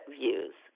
views